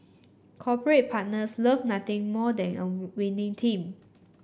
corporate partners love nothing more than a winning team